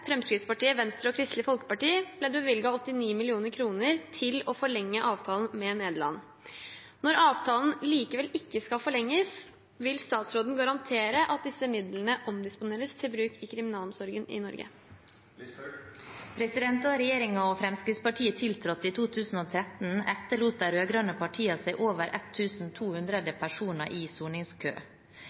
Fremskrittspartiet, Venstre og Kristelig Folkeparti ble det bevilget 89 mill. kr til å forlenge avtalen med Nederland. Når avtalen likevel ikke skal forlenges, vil statsråden garantere at disse midlene omdisponeres til kriminalomsorgen i Norge?» Da regjeringen og Fremskrittspartiet tiltrådte i 2013, etterlot de rød-grønne partiene seg over 1 200 personer i soningskø.